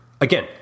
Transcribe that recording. Again